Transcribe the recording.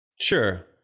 Sure